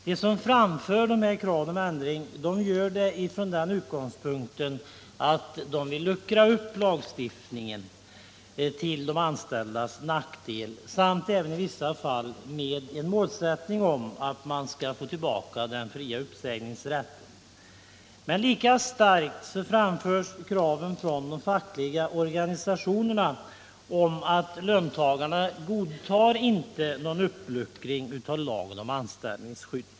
De som framför kraven på ändring gör det från den utgångspunkten 91 att de vill luckra upp lagstiftningen till de anställdas nackdel, samt även i vissa fall med målsättningen att man skall få tillbaka den fria uppsägningsrätten. Men lika starkt framhålls från de fackliga organisationerna att löntagarna inte godtar någon uppluckring av lagen om anställningsskydd.